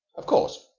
of course,